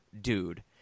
dude